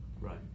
Right